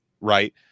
Right